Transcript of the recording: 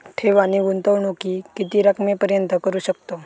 ठेव आणि गुंतवणूकी किती रकमेपर्यंत करू शकतव?